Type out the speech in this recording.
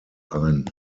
ein